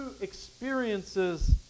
experiences